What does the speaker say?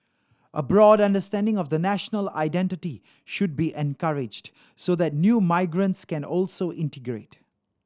a broad understanding of the national identity should be encouraged so that new migrants can also integrate